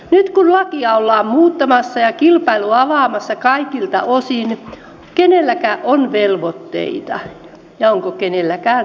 nyt kun lakia ollaan muuttamassa ja kilpailua avaamassa kaikilta osin kenellä on velvoitteita ja onko kenelläkään velvoitteita